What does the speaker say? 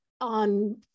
on